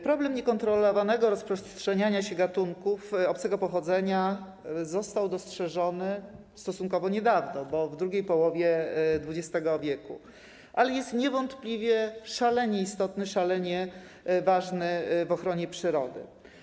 Problem niekontrolowanego rozprzestrzeniania się gatunków obcego pochodzenia został dostrzeżony stosunkowo niedawno, bo w drugiej połowie XX w., ale jest niewątpliwie szalenie istotny, szalenie ważny w ochronie przyrody.